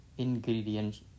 Ingredients